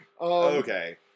Okay